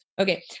Okay